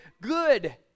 Good